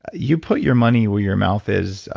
you put your money where your mouth is,